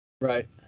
Right